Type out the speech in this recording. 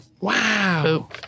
Wow